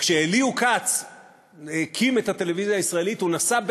וכשאליהוא כץ הקים את הטלוויזיה הישראלית הוא נסע,